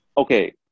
Okay